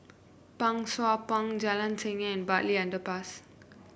Pang Sua Pond Jalan Seni Bartley Underpass